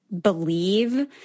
believe